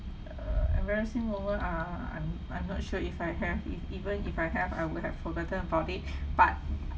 uh embarrassing moment err I'm I'm not sure if I have e~ even if I have I would have forgotten about it but